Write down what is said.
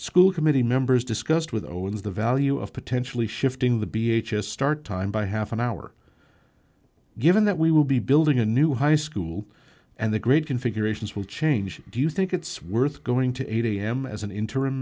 school committee members discussed with owens the value of potentially shifting the b h as start time by half an hour given that we will be building a new high school and the grade configurations will change do you think it's worth going to eight am as an interim